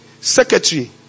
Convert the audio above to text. secretary